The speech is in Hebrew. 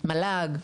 מל"ג,